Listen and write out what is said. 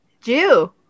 Jew